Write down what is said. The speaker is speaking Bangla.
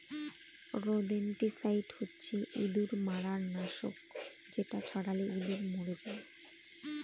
রোদেনটিসাইড হচ্ছে ইঁদুর মারার নাশক যেটা ছড়ালে ইঁদুর মরে যায়